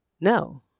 No